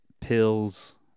pills